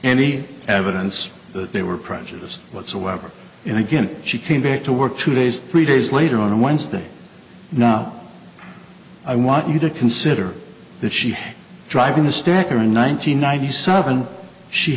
any evidence that they were prejudiced whatsoever and again she came back to work two days three days later on wednesday not i want you to consider that she had driving the stacker in one nine hundred ninety seven she